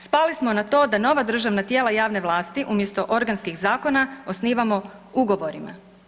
Spali smo na to da nova državna tijela javne vlasti umjesto organskih zakona osnivamo ugovorima.